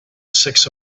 six